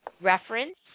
reference